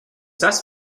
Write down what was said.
has